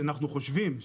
שלדעתנו,